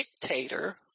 dictator